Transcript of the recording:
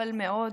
אבל מאוד,